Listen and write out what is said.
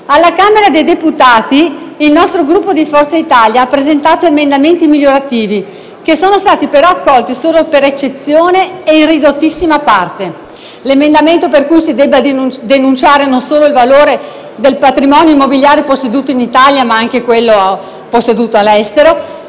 Alla Camera dei deputati, il Gruppo Forza Italia ha presentato emendamenti migliorativi che sono stati però accolti solo eccezionalmente e in ridottissima parte: l'emendamento per cui si deve denunciare non solo il valore del patrimonio immobiliare posseduto in Italia ma anche quello posseduto all'estero,